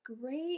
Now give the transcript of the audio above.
great